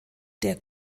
der